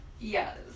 Yes